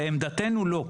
לעמדתנו, לא.